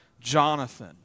Jonathan